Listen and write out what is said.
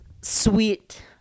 sweet